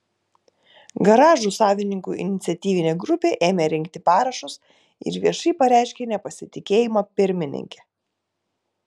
garažų savininkų iniciatyvinė grupė ėmė rinkti parašus ir viešai pareiškė nepasitikėjimą pirmininke